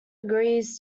agrees